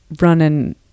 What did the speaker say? running